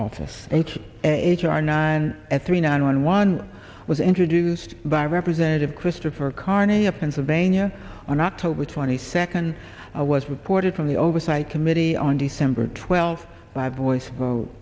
office h h r not at three nine one one was introduced by representative christopher carney a pennsylvania on october twenty second was reported from the oversight committee on december twelfth by voice vote